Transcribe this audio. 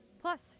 Plus